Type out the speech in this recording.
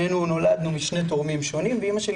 שנינו נולדנו משני תורמים שונים ואימא שלי